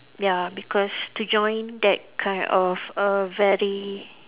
ya because to join that kind of a very